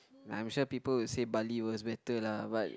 I'm sure people will say Bali was better lah but